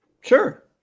Sure